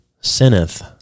sinneth